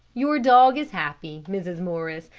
your dog is happy, mrs. morris,